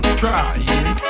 trying